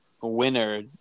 winner